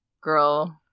girl